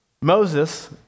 Moses